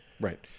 Right